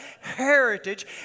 heritage